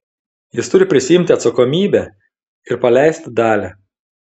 jis turi prisiimti atsakomybę ir paleisti dalią